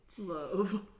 Love